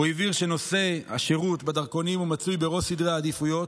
הוא הבהיר שנושא השירות בדרכונים מצוי בראש סדר העדיפויות.